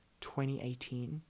2018